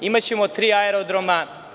Imaćemo tri aerodroma.